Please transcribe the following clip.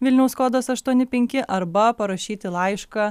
vilniaus kodas aštuoni penki arba parašyti laišką